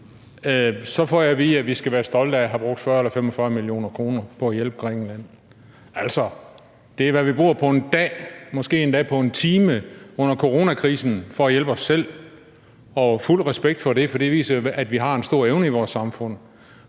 så får jeg at vide, at vi skal være stolte af at have brugt 40 eller 45 mio. kr. på at hjælpe Grækenland. Altså, det er, hvad vi bruger på 1 dag, måske endda på 1 time, under coronakrisen for at hjælpe os selv, og fuld respekt for det, for det viser jo, at vi har en stor evne i vores samfund.